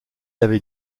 avait